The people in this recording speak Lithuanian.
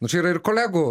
nu čia yra ir kolegų